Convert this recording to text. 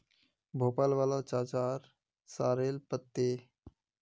भोपाल वाला चाचार सॉरेल पत्ते